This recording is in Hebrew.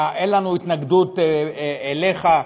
אין לנו התנגדות אליך,